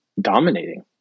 dominating